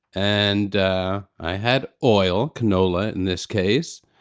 and i had oil, canola in this case,